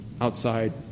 outside